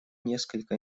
несколько